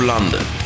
London